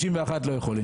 61 לא יכולים.